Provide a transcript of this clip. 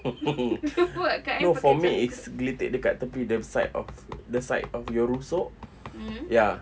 no for me is geletek dekat tepi the side of the side of your rusuk ya